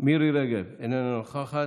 מירי רגב, אינה נוכחת,